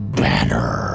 banner